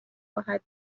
خواهد